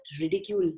ridicule